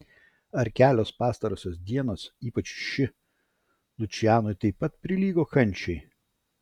ar kelios pastarosios dienos ypač ši lučianui taip pat prilygo kančiai